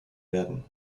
werden